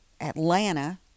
Atlanta